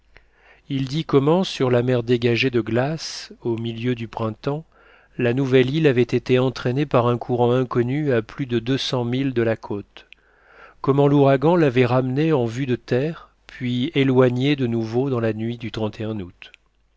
il dit comment sur la mer dégagée de glaces au milieu du printemps la nouvelle île avait été entraînée par un courant inconnu à plus de deux cents milles de la côte comment l'ouragan l'avait ramenée en vue de terre puis éloignée de nouveau dans la nuit du août